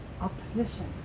opposition